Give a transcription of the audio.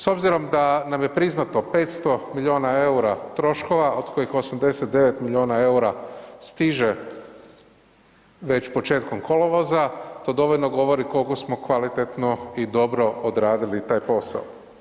S obzirom da nam je priznato 500 milijuna EUR-a troškova od kojih 89 milijuna EUR-a stiže već početkom kolovoza, to dovoljno govori kolko smo kvalitetno i dobro odradili taj posao.